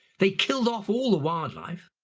they killed off all the wildlife,